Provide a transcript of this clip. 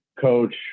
coach